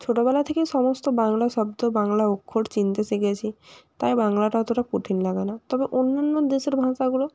ছোটবেলা থেকেই সমস্ত বাংলা শব্দ বাংলা অক্ষর চিনতে শিখেছি তাই বাংলাটা অতটা কঠিন লাগে না তবে অন্যান্য দেশের ভাষাগুলো